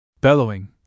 Bellowing